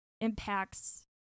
impacts